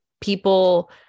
people